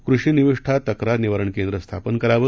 कृषी निविष्ठा तक्रार निवारण केंद्र स्थापन करावं